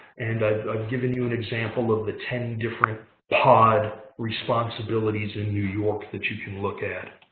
and i've given you an example of the ten different pod responsibilities in new york that you can look at.